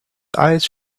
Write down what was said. eyes